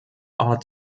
odd